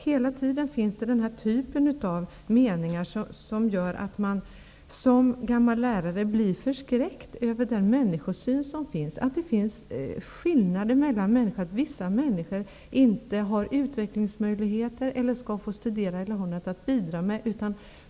Genomgående görs uttalanden av denna typ, som gör att man som gammal lärare blir förskräckt över den människosyn som finns. Det görs skillnad mellan människor på så sätt att vissa anses inte ha utvecklingsmöjligheter eller inte ha något att bidra med och inte skall få studera.